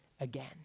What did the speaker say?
again